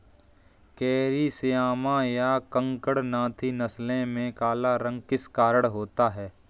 Carry Shyama या कड़कनाथी नस्ल में काला रंग किस कारण होता है?